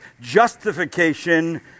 justification